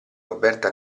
roberta